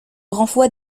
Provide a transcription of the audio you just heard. renvoie